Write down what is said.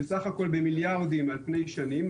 בסך הכול במיליארדים על פני שנים,